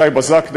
שי בזק,